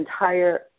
entire